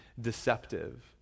deceptive